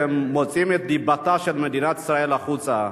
מוציאים את דיבתה של מדינת ישראל החוצה.